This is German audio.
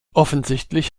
offensichtlich